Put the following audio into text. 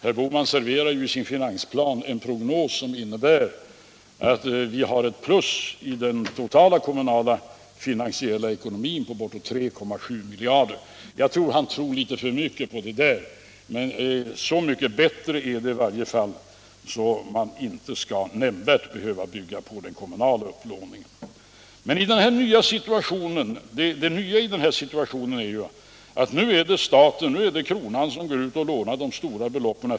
Herr Bohman serverar ju i sin finansplan en prognos som innebär att vi har ett plus i den totala kommunala finansiella ekonomin på bortåt 3,7 miljarder kronor. Enligt min mening tror han litet för mycket på det här. Så mycket bättre är det i varje fall att man inte nämnvärt skall behöva bygga på den kommunala upplåningen utomlands. Det nya i den här situationen är att det är staten som går ut och lånar de stora beloppen.